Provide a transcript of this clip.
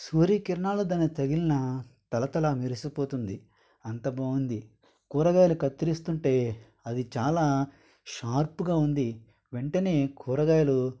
సూర్య కిరణాలు దానికి తగిలినా తళ తళా మెరిసిపోతుంది అంత బాగుంది కూరగాయలు కత్తిరిస్తుంటే అది చాలా షార్ప్గా ఉంది వెంటనే కూరగాయలు